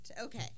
Okay